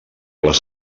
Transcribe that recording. les